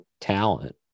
talent